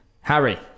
Harry